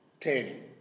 training